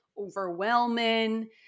overwhelming